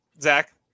Zach